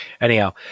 Anyhow